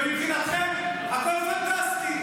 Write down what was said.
ומבחינתכם הכול פנטסטי.